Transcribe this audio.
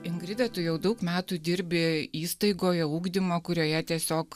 ingrida tu jau daug metų dirbi įstaigoje ugdymo kurioje tiesiog